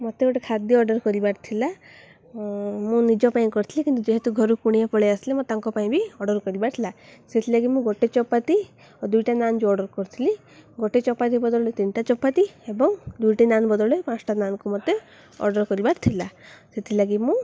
ମୋତେ ଗୋଟେ ଖାଦ୍ୟ ଅର୍ଡ଼ର୍ କରିବାର ଥିଲା ମୁଁ ନିଜ ପାଇଁ କରିଥିଲି କିନ୍ତୁ ଯେହେତୁ ଘରୁ କୁଣିଆ ପଳେଇ ଆସିଲେ ମୁଁ ତାଙ୍କ ପାଇଁ ବି ଅର୍ଡ଼ର୍ କରିବାର ଥିଲା ସେଥିଲାଗି ମୁଁ ଗୋଟେ ଚପାତି ଆଉ ଦୁଇଟା ନାନ୍ ଯେଉଁ ଅର୍ଡ଼ର୍ କରିଥିଲି ଗୋଟେ ଚପାତି ବଦଳ ତିନିଟା ଚପାତି ଏବଂ ଦୁଇଟି ନାନ୍ ବଦଳ ପାଞ୍ଚଟା ନାନ୍କୁ ମୋତେ ଅର୍ଡ଼ର୍ କରିବାର ଥିଲା ସେଥିଲାଗି ମୁଁ